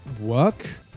work